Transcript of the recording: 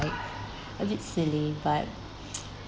a bit silly but